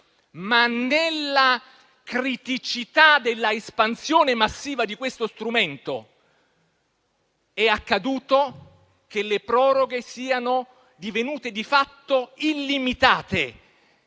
nella criticità della espansione massiva di questo strumento, è accaduto che le proroghe siano divenute di fatto illimitate